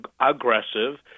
aggressive